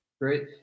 Great